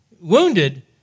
wounded